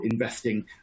investing